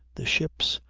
the ships,